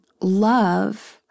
love